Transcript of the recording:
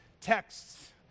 texts